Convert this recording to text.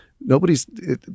nobody's